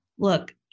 Look